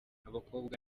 abakobwa